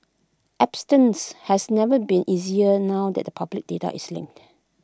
abstinence has never been easier now that public data is linked